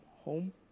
home